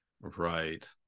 right